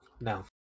No